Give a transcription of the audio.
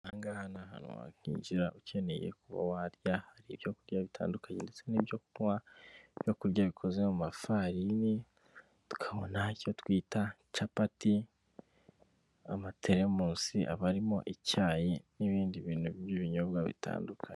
Aha ngaha ni ahantu wakinjira ukeneye kuba warya, hari ibyo kurya bitandukanye ndetse n'ibyo kunywa, ibyo kurya bikoze mu mafarini, tukabona icyo twita capati, amateremusi aba arimo icyayi n'ibindi bintu by'ibinyobwa bitandukanye.